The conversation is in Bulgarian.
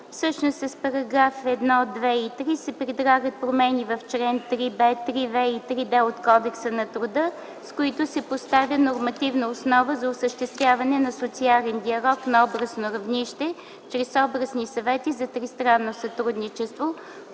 моменти. С параграфи 1, 2 и 3 се предлагат промени в чл. 3б, 3в и 3д от Кодекса на труда, с които се поставя нормативна основа за осъществяване на социален диалог на областно равнище чрез областни съвети за тристранно сътрудничество.